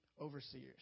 overseers